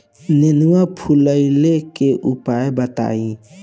नेनुआ फुलईले के उपाय बताईं?